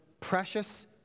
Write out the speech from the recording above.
precious